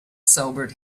sobered